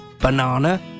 Banana